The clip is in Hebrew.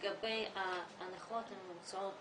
לגבי ההנחות הממוצעות